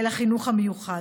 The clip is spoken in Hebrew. אל החינוך המיוחד.